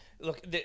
Look